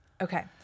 okay